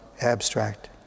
abstract